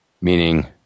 meaning